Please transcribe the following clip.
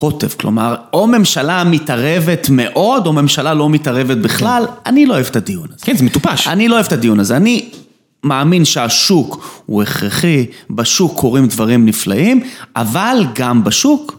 כלומר או ממשלה מתערבת מאוד או ממשלה לא מתערבת בכלל, אני לא אוהב את הדיון הזה, - כן, זה מטופש - אני לא אוהב את הדיון הזה, אני מאמין שהשוק הוא הכרחי, בשוק קורים דברים נפלאים, אבל גם בשוק